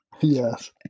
Yes